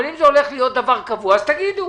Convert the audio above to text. אבל אם זה הולך להיות דבר קבוע, תגידו.